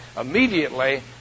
immediately